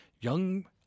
young